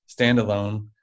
standalone